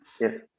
yes